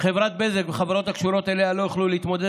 חברת בזק וחברות הקשורות אליה לא יוכלו להתמודד